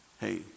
hey